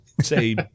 say